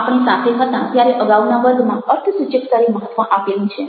આપણે સાથે હતા ત્યારે અગાઉના વર્ગમાં અર્થસૂચક સ્તરે મહત્ત્વ આપેલું છે